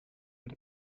and